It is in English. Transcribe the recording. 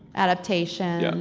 adaptation, yeah.